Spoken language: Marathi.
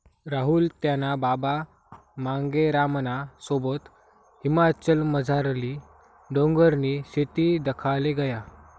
राहुल त्याना बाबा मांगेरामना सोबत हिमाचलमझारली डोंगरनी शेती दखाले गया